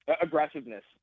Aggressiveness